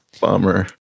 Bummer